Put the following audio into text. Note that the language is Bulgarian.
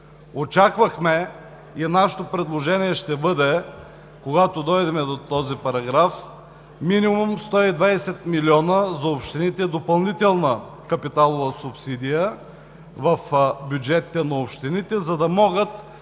Очаквахме и нашето предложение ще бъде, когато дойдем до този параграф, минимум 120 милиона допълнителна капиталова субсидия в бюджетите на общините, за да могат общинските